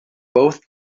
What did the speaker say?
both